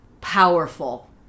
powerful